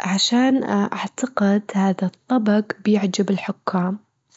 عشان أعتقد هذا الطبق بيعجب الحكام.